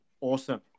awesome